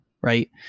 Right